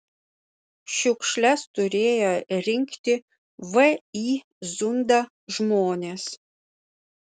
šiukšles turėję rinkti vį zunda žmonės